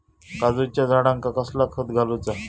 काजूच्या झाडांका कसला खत घालूचा?